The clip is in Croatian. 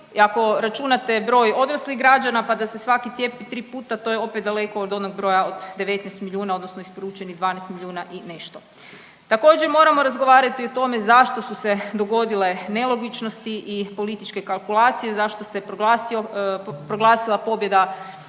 ako računate broj odraslih građana, pa da se svaki cijepi tri puta to je opet daleko od onog broja od 19 milijuna odnosno isporučenih 12 milijuna i nešto. Također moramo razgovarati o tome zašto su se dogodile nelogičnosti i političke kalkulacije, zašto se proglasila pobjeda